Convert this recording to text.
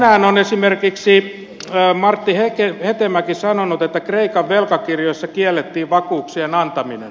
tänään on esimerkiksi martti hetemäki sanonut että kreikan velkakirjoissa kiellettiin vakuuksien antaminen